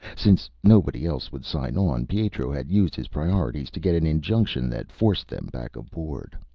since nobody else would sign on, pietro had used his priorities to get an injunction that forced them back aboard.